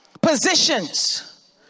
positions